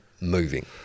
moving